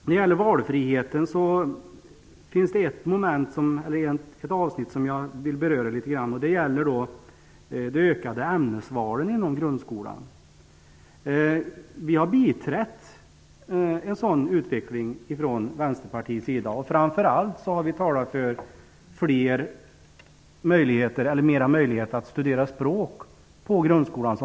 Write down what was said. När det gäller valfriheten finns det ett avsnitt som jag vill beröra litet grand. Det gäller de ökade ämnesvalen inom grundskolan. Vi i Vänsterpartiet har biträtt en sådan utveckling. Framför allt har vi talat för större möjligheter att studera språk i grundskolan.